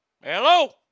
Hello